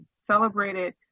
celebrated